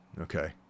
okay